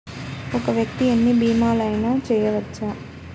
ఒక్క వ్యక్తి ఎన్ని భీమలయినా చేయవచ్చా?